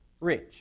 rich